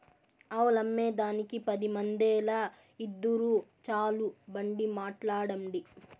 ఆవులమ్మేదానికి పది మందేల, ఇద్దురు చాలు బండి మాట్లాడండి